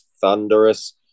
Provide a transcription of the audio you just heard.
thunderous